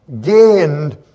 gained